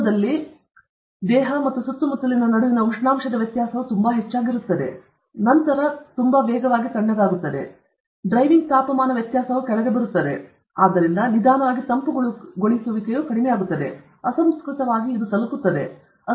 ಆರಂಭದಲ್ಲಿ ದೇಹ ಮತ್ತು ಸುತ್ತಮುತ್ತಲಿನ ನಡುವಿನ ಉಷ್ಣಾಂಶದ ವ್ಯತ್ಯಾಸವು ತುಂಬಾ ಹೆಚ್ಚಾಗಿರುತ್ತದೆ ಆದ್ದರಿಂದ ಇದು ತುಂಬಾ ವೇಗವಾಗಿ ತಣ್ಣಗಾಗುತ್ತದೆ ನಂತರ ಡ್ರೈವಿಂಗ್ ತಾಪಮಾನ ವ್ಯತ್ಯಾಸವು ಕೆಳಗೆ ಬರುತ್ತದೆ ಆದ್ದರಿಂದ ನಿಧಾನವಾಗಿ ತಂಪುಗೊಳಿಸುವಿಕೆಯು ಕಡಿಮೆಯಾಗುತ್ತದೆ ಅಸಂಸ್ಕೃತವಾಗಿ ಇದು ತಲುಪುತ್ತದೆ